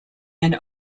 and